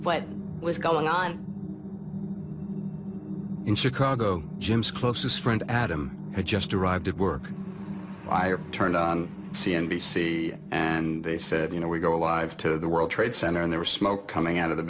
what was going on in chicago jim's closest friend adam had just arrived at work i or turned on c n b c and they said you know we go live to the world trade center and there was smoke coming out of the